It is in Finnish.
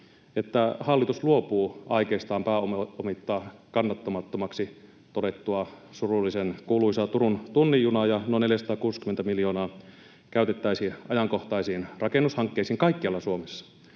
että hallitus luopuu aikeistaan pääomittaa kannattamattomaksi todettua surullisen kuuluisaa Turun tunnin junaa ja noin 460 miljoonaa käytettäisiin ajankohtaisiin rakennushankkeisiin kaikkialla Suomessa.